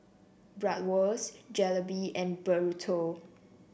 Bratwurst Jalebi and Burrito